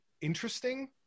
interesting